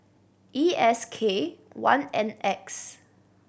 E S K one N X